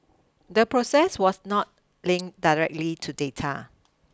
the process was not link directly to data